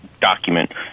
document